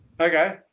Okay